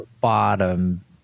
bottom